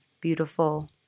beautiful